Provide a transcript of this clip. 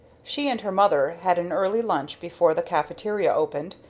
she and her mother had an early lunch before the caffeteria opened,